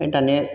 ओमफ्राय दाने